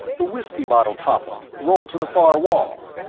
the whiskey bottle toppled, rolled to the far wall.